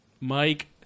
Mike